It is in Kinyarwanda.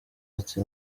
ati